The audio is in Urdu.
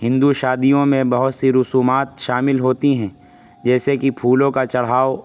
ہندو شادیوں میں بہت سی رسومات شامل ہوتی ہیں جیسے کہ پھولوں کا چڑھاؤ